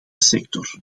sector